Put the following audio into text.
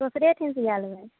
दोसरे ठिन सिआ लेबै